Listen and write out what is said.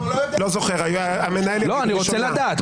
לא זוכר --- אני רוצה לדעת.